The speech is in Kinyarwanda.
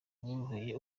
buboroheye